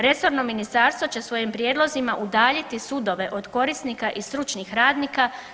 Resorno ministarstvo će svojim prijedlozima udaljiti sudove od korisnika i stručnih radnika.